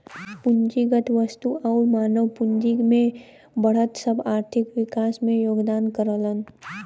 पूंजीगत वस्तु आउर मानव पूंजी में बढ़त सब आर्थिक विकास में योगदान करलन